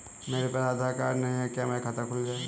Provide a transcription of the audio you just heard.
मेरे पास आधार कार्ड नहीं है क्या मेरा खाता खुल जाएगा?